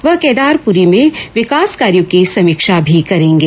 वह केदारपुरी में विकास कार्यों की समीक्षा भी करेंगे